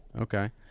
okay